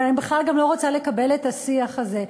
אבל אני בכלל גם לא רוצה לקבל את השיח הזה.